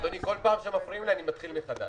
אדוני, כל פעם שמפריעים לי, אני מתחיל מחדש.